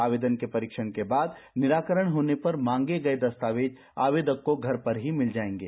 आवेदन के परीक्षण के बाद निराकरण होने पर मांगे गए दस्तावेज आवेदक को घर पर ही मिल जाएंगे